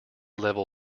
level